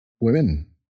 women